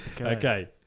Okay